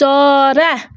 चरा